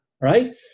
right